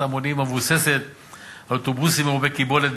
המונים המבוססת על אוטובוסים מרובי קיבולת,